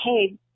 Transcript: hey